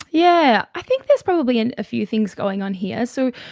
yeah, i think there's probably and a few things going on here. so,